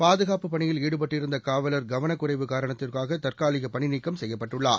பாதுகாப்பு பணியில் ஈடுபட்டிருந்தகாவலர் கவனக் குறைவுகாரணத்திற்காகதற்காலிகபணிநீக்கம் செய்யப்பட்டுள்ளார்